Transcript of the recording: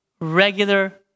regular